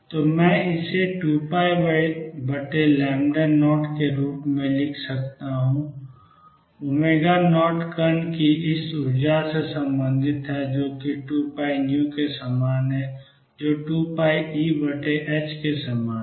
तो मैं इसे 2π0 के रूप में लिख सकता हूं 0 कण की इस ऊर्जा से संबंधित है जो कि 2πν के समान है जो 2πEh के समान है